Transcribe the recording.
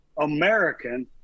American